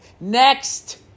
Next